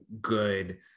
good